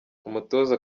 umutoza